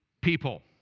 people